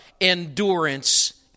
endurance